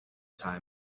time